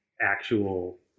actual